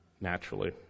Naturally